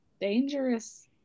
dangerous